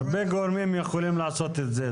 הרבה גורמים יכולים לעשות את זה.